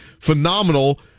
phenomenal